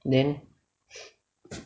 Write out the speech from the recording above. then